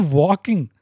walking